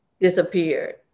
disappeared